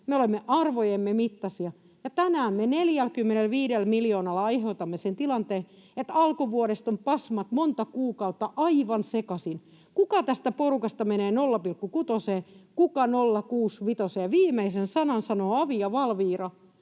olemme arvojemme mittaisia, ja tänään me 45 miljoonalla aiheutamme sen tilanteen, että alkuvuodesta ovat pasmat monta kuukautta aivan sekaisin, kuka tästä porukasta menee 0,6:een, kuka 0,65:een. Viimeisen sanan sanovat avi ja Valvira,